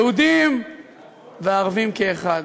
יהודים וערבים כאחד.